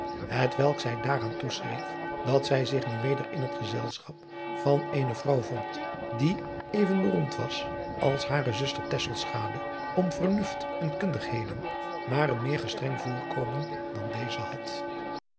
hetwelk zij daaraan toeschreef dat zij zich nu weder in het gezelschap van eene vrouw vond die even beroemd was als hare zuster tesseladriaan loosjes pzn het leven van hillegonda buisman schade om vernust en kundigheden maar een meer gestreng voorkomen dan deze had